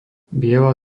biela